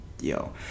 yo